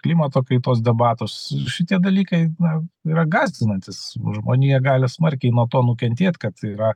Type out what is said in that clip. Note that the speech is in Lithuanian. klimato kaitos debatus šitie dalykai na yra gąsdinantys žmonija gali smarkiai nuo to nukentėt kad yra